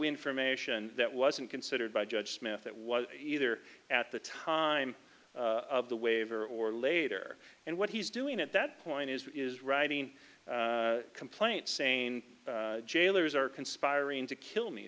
information that wasn't considered by judge smith it was either at the time of the waiver or later and what he's doing at that point is writing a complaint saying jailers are conspiring to kill me